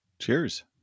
Cheers